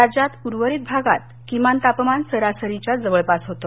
राज्यात उर्वरित भागात किमान तापमान सरासरीच्या जवळपास होतं